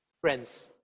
Friends